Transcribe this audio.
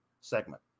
segment